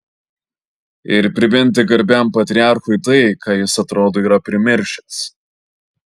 ir priminti garbiam patriarchui tai ką jis atrodo yra primiršęs